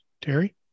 terry